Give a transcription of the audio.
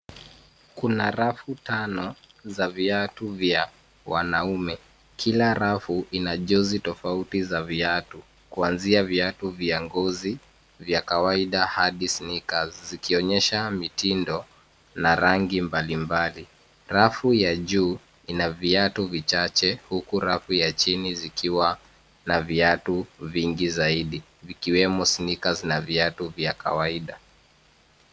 Kuna rafu tano za viatu vya wanaume. Kila rafu ina jozi tofauti za viatu, kuanzia viatu vya ngozi, vya kawaida hadi sneakers , zikionyesha mitindo na rangi mbalimbali. Rafu ya juu, ina viatu vichache, huku rafu ya chini zikiwa na viatu vingi zaidi vikiwemo sneakers na viatu vya kawaida.